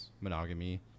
monogamy